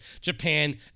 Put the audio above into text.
Japan